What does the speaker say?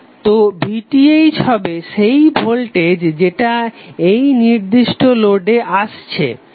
তো VTh হবে সেই ভোল্টেজ যেটা এই নির্দিষ্ট নোডে আসছে